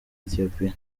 ethiopia